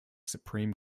supreme